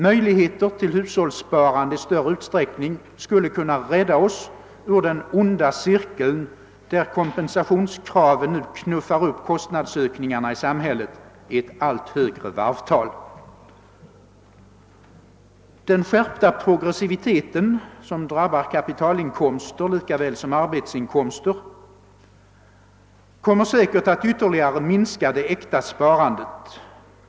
Möjligheten till hushållssparande i större utsträckning skulle kunna rädda oss ur den onda cirkel, där kompensationskraven nu knuffar upp kostnadsökningarna i samhället i ett allt högre varvtal. Den skärpta progressiviteten, som drabbar kapitalinkomster lika väl som arbetsinkomster, kommer säkert att ytterligare minska det äkta sparandet.